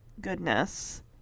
goodness